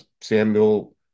Samuel